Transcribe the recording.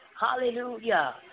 Hallelujah